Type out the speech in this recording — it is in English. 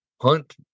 hunt